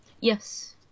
Yes